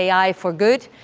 ai for good,